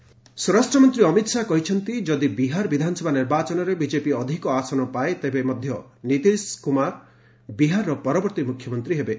ଅମିତ୍ ଶାହ ବିହାର୍ ସ୍ୱରାଷ୍ଟ୍ର ମନ୍ତ୍ରୀ ଅମିତ୍ ଶାହ କହିଛନ୍ତି ଯଦି ବିହାର ବିଧାନସଭା ନିର୍ବାଚନରେ ବିଜେପି ଅଧିକ ଆସନ ପାଏ ତେବେ ମଧ୍ୟ ନିତୀଶ କୁମାର ବିହାରର ପରବର୍ତୀ ମୁଖ୍ୟମନ୍ତ୍ରୀ ହେବେ